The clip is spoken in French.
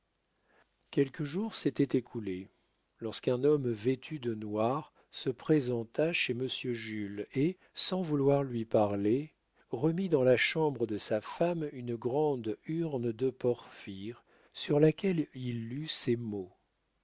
quelques jours s'étaient écoulés lorsqu'un homme vêtu de noir se présenta chez monsieur jules et sans vouloir lui parler remit dans la chambre de sa femme une grande urne de porphyre sur laquelle il lut ces mots